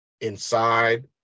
inside